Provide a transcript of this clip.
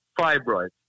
fibroids